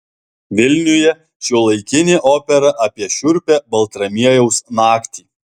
vilniuje šiuolaikinė opera apie šiurpią baltramiejaus naktį